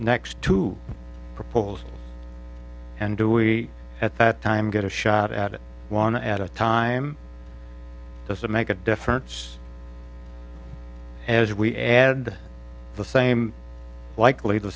next two proposals and do we at that time get a shot at it one at a time as to make a difference as we add the same likely the